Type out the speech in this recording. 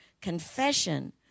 confession